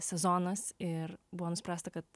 sezonas ir buvo nuspręsta kad